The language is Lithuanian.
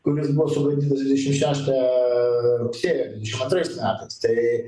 kuris buvo sugadintas dvidešim šeštą rugsėjo dvidešim antrais metais tai